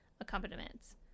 accompaniments